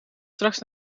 straks